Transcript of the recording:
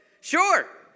Sure